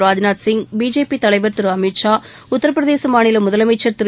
Rajnath Singh BJP தலைவா் திரு அமித் ஷா உத்தரப்பிரதேச மாநில முதலமைச்சன் திரு